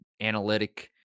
analytic